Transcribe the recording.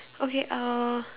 okay uh